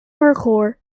hardcore